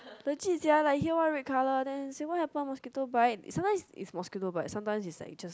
legit sia like here one red colour then say what happen mosquito bite sometimes is mosquito bite sometimes is like just